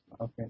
Okay